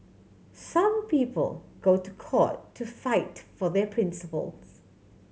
some people go to court to fight for their principles